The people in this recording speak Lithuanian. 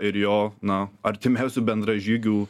ir jo na artimiausių bendražygių